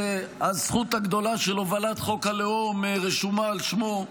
שהזכות הגדולה של הובלת חוק הלאום רשומה על שמו,